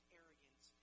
arrogance